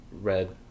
red